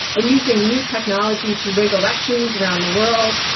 and using new technology to rig elections around the world.